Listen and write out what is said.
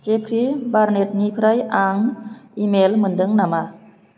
Jeffrey बार्नेटनिफ्राय आं email मोनदों नामा